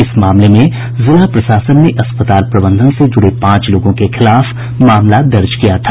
इस मामले में जिला प्रशासन ने अस्पताल प्रबंधन से जुड़े पांच लोगों के खिलाफ मामला दर्ज किया गया था